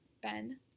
Ben